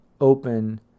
open